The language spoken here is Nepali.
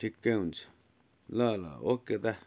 ठिकै हुन्छ ल ल ओके दा